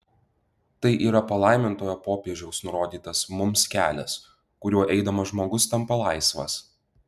tai yra palaimintojo popiežiaus nurodytas mums kelias kuriuo eidamas žmogus tampa laisvas